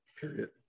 period